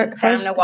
First